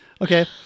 Okay